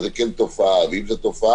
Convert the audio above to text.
אז זה כן תופעה; ואם זו תופעה,